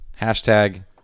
hashtag